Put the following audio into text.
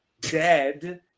dead